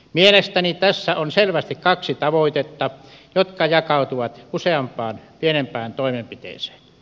mielestäni tässä on selvästi kaksi tavoitetta jotka jakautuvat useampaan pienempään toimenpiteeseen